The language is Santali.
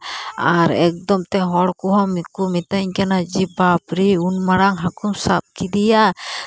ᱟᱨ ᱮᱠᱫᱚᱢ ᱛᱮ ᱦᱚᱲ ᱠᱚᱦᱚᱸ ᱢᱤᱛᱟᱹᱧ ᱠᱟᱱᱟ ᱵᱟᱯᱨᱮ ᱩᱱ ᱢᱟᱨᱟᱝ ᱦᱟᱹᱠᱩᱢ ᱥᱟᱵ ᱠᱮᱫᱮᱭᱟ